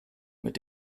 mit